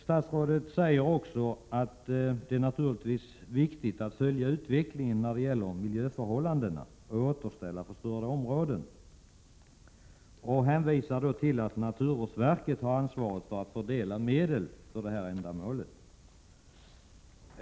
Statsrådet framhöll att det naturligtvis är viktigt att följa utvecklingen när det gäller miljön och att återställa förstörda områden. Hon hänvisade till att det är naturvårdsverket som har ansvaret för fördelningen av medel för ändamålet.